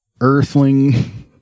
Earthling